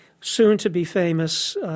soon-to-be-famous